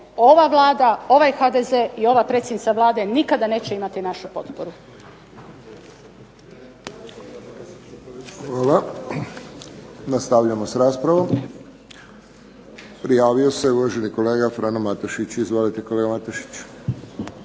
ova Vlada, ovaj HDZ i ova predsjednica Vlade nikada neće imati našu potporu.